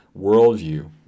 worldview